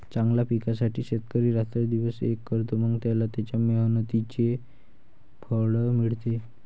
चांगल्या पिकासाठी शेतकरी रात्रंदिवस एक करतो, मग त्याला त्याच्या मेहनतीचे फळ मिळते